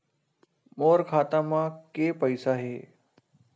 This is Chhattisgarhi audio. मोर खाता म के पईसा हे?